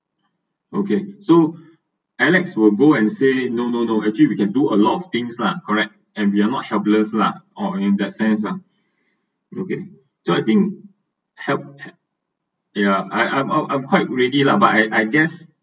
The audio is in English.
okay so alex will go and say no no no actually we can do a lot of things lah correct and we are not helpless lah or in that sense lah okay so I think help he~ ya I I’m I’m quite ready lah but I I guess